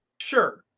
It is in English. sure